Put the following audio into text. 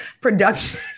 production